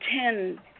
ten